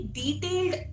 detailed